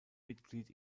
mitglied